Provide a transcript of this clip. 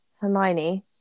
Hermione